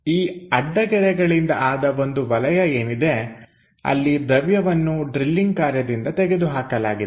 ಈ ಅಡ್ಡ ಗೆರೆಗಳಿಂದ ಆದ ಒಂದು ವಲಯ ಏನಿದೆ ಅಲ್ಲಿ ದ್ರವ್ಯವನ್ನು ಡ್ರಿಲ್ಲಿಂಗ್ ಕಾರ್ಯದಿಂದ ತೆಗೆದುಹಾಕಲಾಗಿದೆ